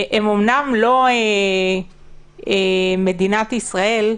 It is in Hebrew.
הם אמנם לא מדינת ישראל,